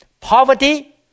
Poverty